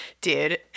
dude